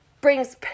brings